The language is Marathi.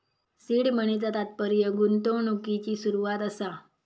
सीड मनीचा तात्पर्य गुंतवणुकिची सुरवात असा